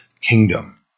kingdom